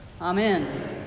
Amen